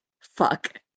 fuck